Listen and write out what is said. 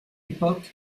époque